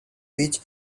which